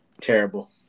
Terrible